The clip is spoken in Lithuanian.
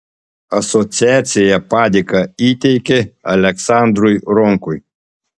asociacija padėką įteikė aleksandrui ronkui